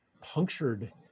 punctured